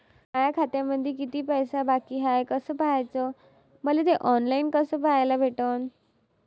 माया खात्यामंधी किती पैसा बाकी हाय कस पाह्याच, मले थे ऑनलाईन कस पाह्याले भेटन?